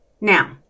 Now